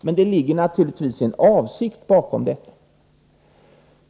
Men det ligger naturligtvis en avsikt bakom detta.